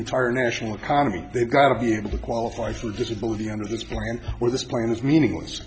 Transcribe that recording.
entire national economy they've got a vehicle to qualify for disability under this plan where this plane is meaningless